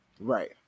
Right